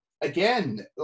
again